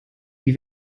die